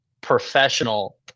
professional